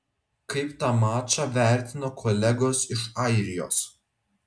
kaip tą mačą vertino kolegos iš airijos